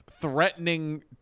threatening